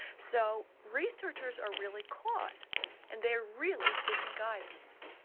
so researchers are really caught and they are really seeking guidance.